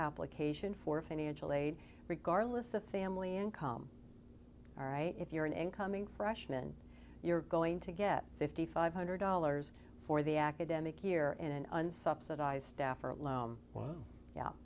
application for financial aid regardless of family income all right if you're an incoming freshman you're going to get fifty five hundred dollars for the academic year and an unsubsidized stafford loan well yeah